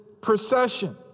procession